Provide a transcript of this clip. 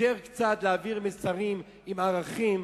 להעביר מסרים עם ערכים.